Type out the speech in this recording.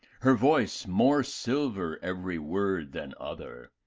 her voice more silver every word than other,